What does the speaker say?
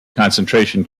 concentration